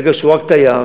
ברגע שהוא רק תייר,